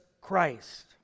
Christ